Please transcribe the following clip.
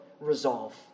resolve